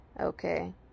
Okay